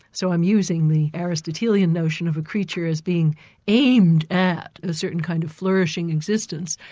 so i'm using the aristotelian notion of a creature as being aimed at a certain kind of flourishing existence,